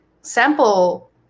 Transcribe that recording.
sample